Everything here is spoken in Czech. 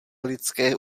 lidské